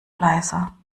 leiser